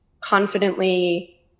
confidently